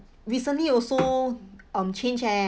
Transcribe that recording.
recently also um change eh